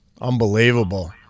Unbelievable